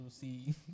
see